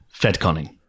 Fedconning